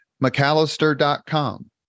McAllister.com